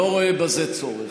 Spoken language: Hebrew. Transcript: יש הבדל, לא רואה בזה צורך.